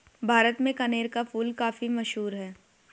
भारत में कनेर का फूल काफी मशहूर है